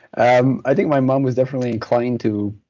um i think my mom was definitely inclined to